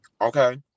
Okay